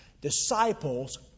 disciples